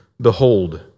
Behold